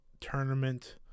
tournament